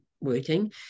working